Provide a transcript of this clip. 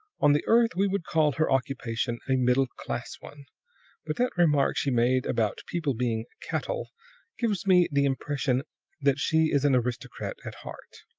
on the earth we would call her occupation a middle-class one but that remark she made about people being cattle gives me the impression that she is an aristocrat at heart.